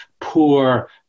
poor